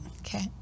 Okay